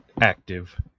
active